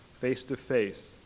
face-to-face